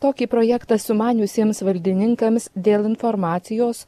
tokį projektą sumaniusiems valdininkams dėl informacijos